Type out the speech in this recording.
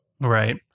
right